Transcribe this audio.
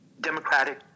democratic